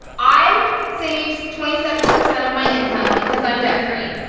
i save twenty seven percent of my income because i'm debt free,